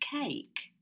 cake